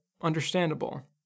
understandable